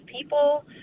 people